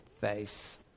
face